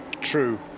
true